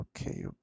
okay